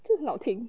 就很好听